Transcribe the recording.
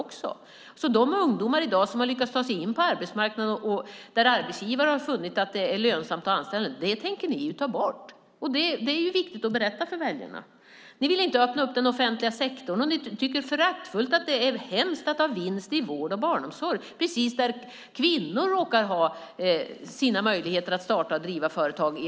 När det gäller de ungdomar som i dag lyckats ta sig in på arbetsmarknaden och att arbetsgivare funnit att det är lönsamt att anställa unga tänker ni ta bort den möjligheten. Det är det viktigt att berätta för väljarna. Ni vill inte öppna upp den offentliga sektorn och uttrycker er föraktfullt om att det är hemskt med vinst inom vård och barnomsorg - precis där kvinnor i allra största utsträckning råkar ha möjligheter att starta och driva företag.